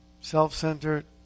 self-centered